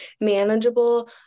manageable